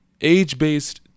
age-based